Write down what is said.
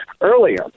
earlier